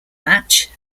match